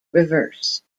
reverse